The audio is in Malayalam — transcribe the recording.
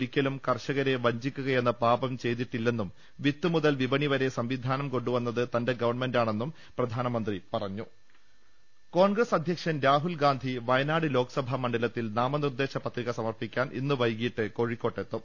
ഒരിക്കലും കർഷകരെ വഞ്ചി ക്കുകയെന്ന പാപം ചെയ്തിട്ടില്ലെന്നും വിത്ത് മുതൽ വിപണി വരെ സംവിധാനം കൊണ്ടുവന്നത് തന്റെ ഗവൺമെന്റാണെന്നും പ്രധാനമന്ത്രി പറഞ്ഞു കോൺഗ്രസ് അധ്യക്ഷൻ രാഹുൽഗാന്ധി വയനാട് ലോക്സഭാ മണ്ഡലത്തിൽ നാമനിർദേശ പത്രിക സമർപ്പിക്കാൻ ഇന്ന് വൈകീട്ട് കോഴിക്കോട്ടെത്തും